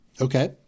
Okay